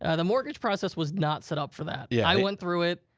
ah the mortgage process was not set up for that. yeah i went through it.